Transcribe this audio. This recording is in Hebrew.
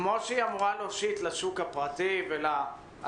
כמו שהיא אמורה להושיט לשוק הפרטי ולעצמאיים,